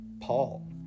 Paul